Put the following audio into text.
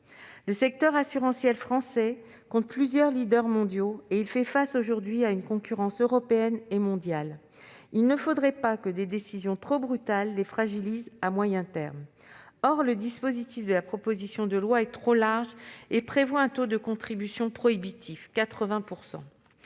Le secteur assurantiel français compte plusieurs leaders mondiaux et fait face aujourd'hui à une concurrence européenne et mondiale. Il ne faudrait pas que des décisions trop brutales fragilisent nos compagnies à moyen terme. Or le dispositif de la proposition de loi est trop large et le taux de contribution proposé, prohibitif- 80 %.